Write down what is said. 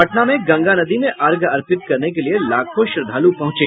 पटना में गंगा नदी में अर्घ्य अर्पित करने के लिए लाखों श्रद्धालु पहुंचे